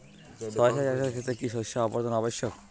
সরিষা চাষের ক্ষেত্রে কি শস্য আবর্তন আবশ্যক?